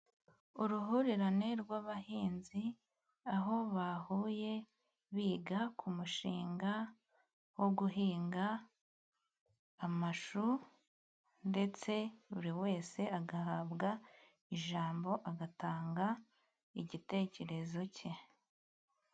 Uruhurirane rw'abahinzi aho bahuye biga ku mushingawo guhinga amashu, ndetse buri wese agahabwa ijambo agatanga igitekerezo cye.